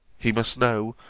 he must know,